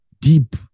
deep